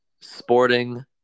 Sporting